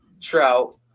Trout